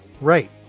Right